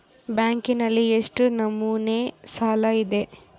ಬ್ಯಾಂಕಿನಲ್ಲಿ ಎಷ್ಟು ನಮೂನೆ ಸಾಲ ಇದೆ?